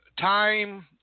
time